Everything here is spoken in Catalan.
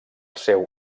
seu